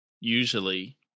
usually